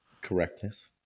correctness